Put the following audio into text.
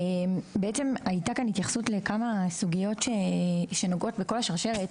בעצם הייתה כאן התייחסות לכמה סוגיות שנוגעות בכל השרשרת,